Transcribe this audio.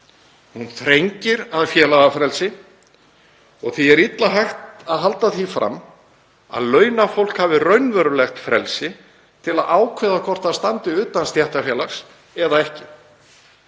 Hún þrengir að félagafrelsi. Því er illa hægt að halda því fram að launafólk hafi raunverulegt frelsi til að ákveða hvort það standi utan stéttarfélags eða ekki.